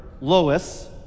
Lois